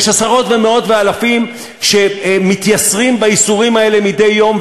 יש עשרות ומאות ואלפים שמתייסרים בייסורים האלה מדי יום,